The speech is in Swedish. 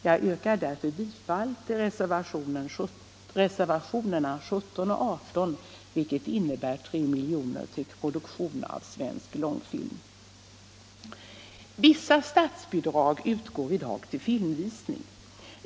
Jag yrkar bifall till reservationerna 17 och 18, vilka innebär 3 milj.kr. till produktion av svensk långfilm. Visst statsbidrag utgår i dag till filmvisning.